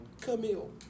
Camille